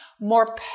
more